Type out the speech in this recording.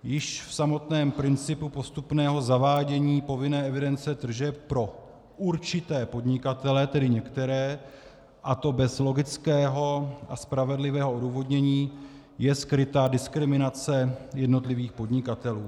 Již v samotném principu postupného zavádění povinné evidence tržeb pro určité podnikatele, tedy některé, a to bez logického a spravedlivého odůvodnění, je skryta diskriminace jednotlivých podnikatelů.